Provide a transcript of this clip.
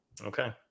Okay